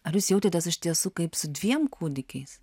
ar jūs jautėtės iš tiesų kaip su dviem kūdikiais